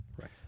Right